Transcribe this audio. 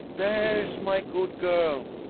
there's my good girl!